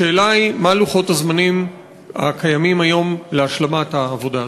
השאלה היא מה הם לוחות הזמנים הקיימים היום להשלמת העבודה הזאת.